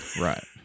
Right